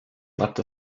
leapt